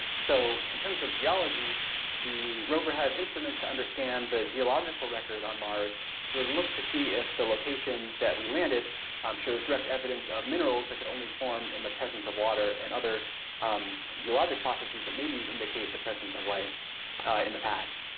so in terms of geology the rover has instruments to understand the geological record on mars to look to see if the location that we landed um shows direct evidence of minerals that could only form in the presence of water and other um geologic processes that maybe indicate the presence of life in the past.